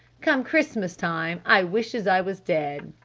come christmas time i wishes i was dead.